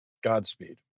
Godspeed